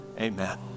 amen